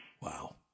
Wow